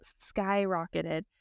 skyrocketed